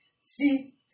See